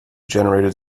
generated